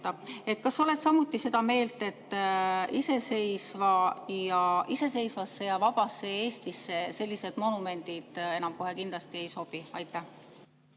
sa oled samuti seda meelt, et iseseisvasse vabasse Eestisse sellised monumendid enam kohe kindlasti ei sobi? Aitäh